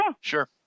Sure